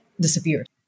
disappeared